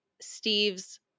Steve's